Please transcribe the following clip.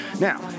Now